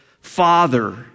father